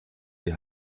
die